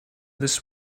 this